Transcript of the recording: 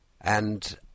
And